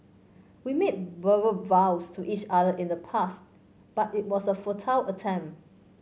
we made verbal vows to each other in the past but it was a futile attempt